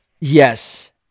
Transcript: Yes